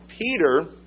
Peter